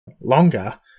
longer